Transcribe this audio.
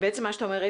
מה שאתה אומר,